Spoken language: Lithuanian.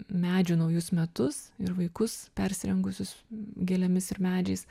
medžių naujus metus ir vaikus persirengusius gėlėmis ir medžiais